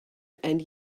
and